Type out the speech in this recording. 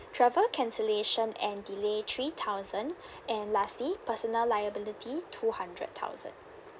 travel cancellation and delay three thousand and lastly personal liability two hundred thousand